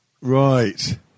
Right